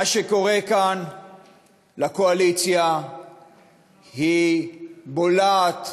מה שקורה כאן לקואליציה זה שהיא בולעת,